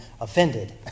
offended